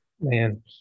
Man